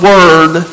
Word